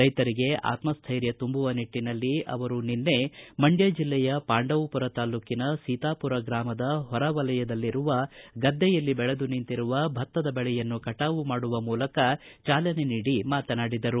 ರೈತರಿಗೆ ಆತಸ್ಸೈರ್ಯ ತುಂಬುವ ನಿಟ್ಟನಲ್ಲಿ ಅವರು ನಿನ್ನೆ ಮಂಡ್ದ ಜಿಲ್ಲೆಯ ಪಾಂಡವಪುರ ತಾಲ್ಲೂಕಿನ ಸೀತಾಪುರ ಗ್ರಾಮದ ಹೊರಹೊಲಯದಲ್ಲಿರುವ ಗದ್ದೆಯಲ್ಲಿ ಬೆಳೆದು ನಿಂತಿರುವ ಭತ್ತದ ಬೆಳೆಯನ್ನು ಕಟಾವು ಮಾಡುವ ಮೂಲಕ ಚಾಲನೆ ನೀಡಿ ಮಾತನಾಡಿದರು